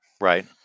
Right